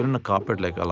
and a carpet like ah